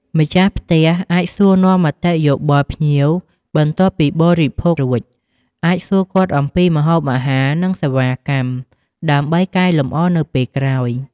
ម្ចាស់ផ្ទះអាចសួរនាំមតិយោបល់ភ្ញៀវបន្ទាប់ពីបរិភោគរួច អាចសួរគាត់អំពីម្ហូបអាហារ និងសេវាកម្ម ដើម្បីកែលម្អនៅពេលក្រោយ។